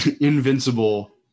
invincible